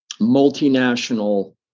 multinational